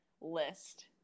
list